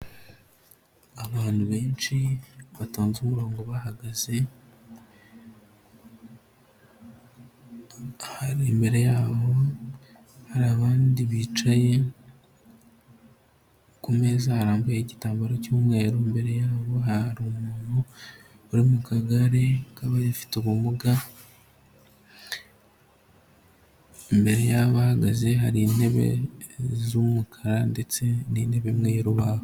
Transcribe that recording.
Abantu benshi batonze umurongo bahagaze, aha imbere yabo hari abandi bicaye ku meza harambuye igitambaro cy'umweru, imbere yabo hari umuntu uri mu kagare k'abayifite ubumuga, imbere y'abahagaze hari intebe z'umukara ndetse n'intebe imwe y'urubaho.